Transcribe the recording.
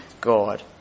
god